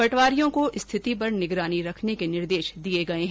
पटवारियों को स्थिति पर निगेरानी रखने के निर्देश दिए गए हैं